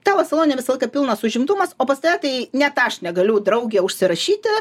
tavo salone visą laiką pilnas užimtumas o pas tave tai net aš negaliu draugė užsirašyti